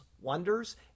wonders